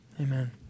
amen